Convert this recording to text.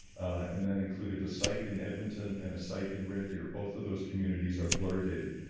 and that included a site in edmonton and a site in red deer. both of those communities are fluoridated.